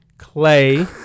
Clay